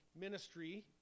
ministry